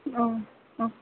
औ औ